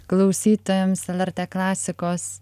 klausytojams lrt klasikos